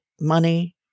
money